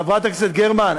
חברת הכנסת גרמן,